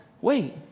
Wait